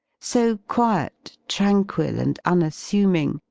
so quiet, tranquil, and unassuming,